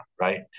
right